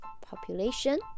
population